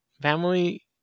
family